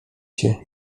się